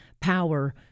power